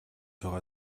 байгаа